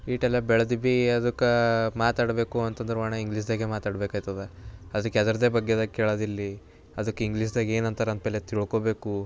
ಇಷ್ಟೆಲ್ಲ ಬೆಳೆದು ಭೀ ಅದಕ್ಕೆ ಮಾತಾಡಬೇಕು ಅಂತಂದ್ರೆ ಒಣ ಇಂಗ್ಲೀಷ್ದಾಗೆ ಮಾತಾಡಬೇಕಾಯ್ತದ ಅದಕ್ಕೆ ಅದರದ್ದೆ ಬಗ್ಗೆ ಕೇಳೋದು ಇಲ್ಲಿ ಅದಕ್ಕೆ ಇಂಗ್ಲಿಷ್ದಾಗೆ ಏನು ಅಂತಾರೆ ಅಂತ ಪೆಹಲೆ ತಿಳ್ಕೊಳ್ಬೇಕು